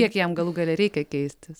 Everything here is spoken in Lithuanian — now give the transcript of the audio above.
kiek jam galų gale reikia keistis